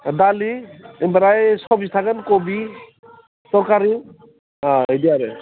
दालि ओमफ्राय सबजि थागोन कबि थरखारि बिदि आरो